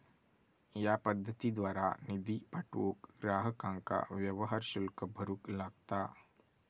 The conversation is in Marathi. या पद्धतीद्वारा निधी पाठवूक ग्राहकांका व्यवहार शुल्क भरूक लागता